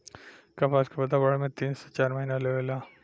कपास के पौधा बढ़े में तीन से चार महीना लेवे ला